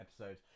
episode